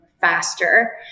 faster